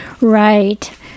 Right